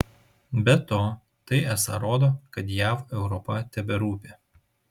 be to tai esą rodo kad jav europa teberūpi